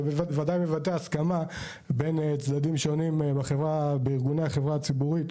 זה בוודאי מבטא הסכמה בין צדדים שונים בארגווני החברה הציבורית,